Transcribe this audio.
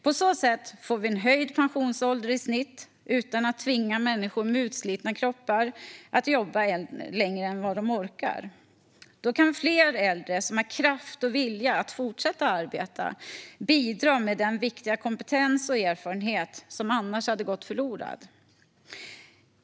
På så sätt får vi en höjd pensionsålder i snitt, utan att tvinga människor med utslitna kroppar att jobba längre än vad de orkar. Då kan fler äldre som har kraft och vilja att fortsätta arbeta bidra med den viktiga kompetens och erfarenhet som annars hade gått förlorad.